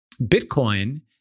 Bitcoin